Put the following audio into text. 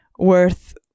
worth